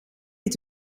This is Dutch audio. het